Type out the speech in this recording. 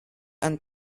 and